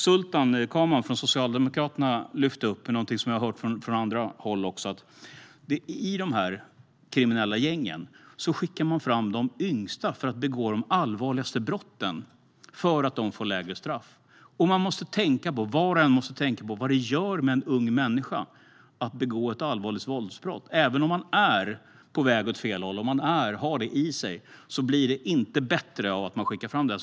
Sultan Kayhan från Socialdemokraterna lyfte fram något som jag också har hört från andra håll, nämligen att man i dessa kriminella gäng skickar fram de yngsta för att begå de allvarligaste brotten för att de får lägre straff. Var och en måste tänka på vad det gör med en ung människa när man begår ett allvarligt våldsbrott. Även om man är på väg åt fel håll och har det i sig blir det inte bättre av att man skickas fram.